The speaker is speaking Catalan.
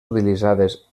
utilitzades